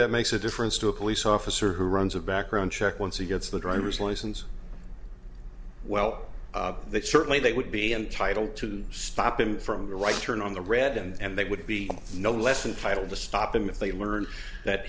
that makes a difference to a police officer who runs a background check once he gets the driver's license well they certainly they would be entitled to stop him from the right turn on the red and they would be no less entitle to stop him if they learn that